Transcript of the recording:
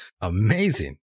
Amazing